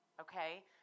okay